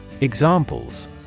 Examples